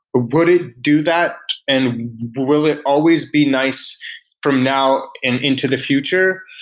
would it do that and will it always be nice from now and into the future?